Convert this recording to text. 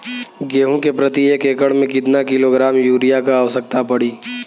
गेहूँ के प्रति एक एकड़ में कितना किलोग्राम युरिया क आवश्यकता पड़ी?